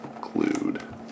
glued